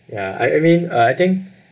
ya I I mean uh I think